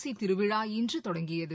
தி ருவி ழா இன்று தொடங்கியது